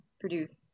produce